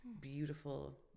beautiful